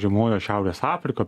žiemojo šiaurės afriką